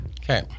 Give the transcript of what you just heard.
Okay